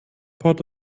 port